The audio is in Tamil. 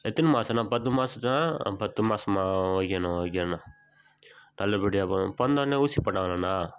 எத்தன மாதண்ணா பத்து மாதத்தான் பத்து மாதமா ஓகேண்ணா ஓகேண்ணா நல்லபடியாக பிறந் பிறந்தவொன்னே ஊசி போட்டாங்களாண்ணா